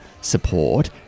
support